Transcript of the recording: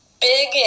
big